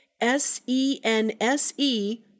s-e-n-s-e